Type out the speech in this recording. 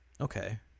Okay